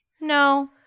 no